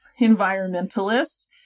environmentalists